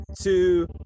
two